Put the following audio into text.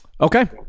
Okay